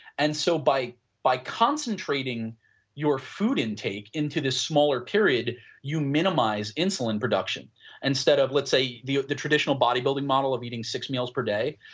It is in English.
and so, by by concentrating your food intake into this smaller period you minimize insulin production instead of, let's say, the the traditional building model of eating six meals per day.